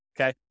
okay